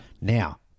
Now